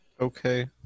Okay